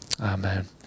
Amen